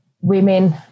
women